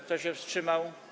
Kto się wstrzymał?